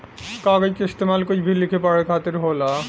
कागज के इस्तेमाल कुछ भी लिखे पढ़े खातिर होला